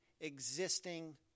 existing